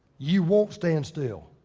you won't stand still.